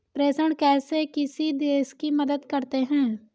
प्रेषण कैसे किसी देश की मदद करते हैं?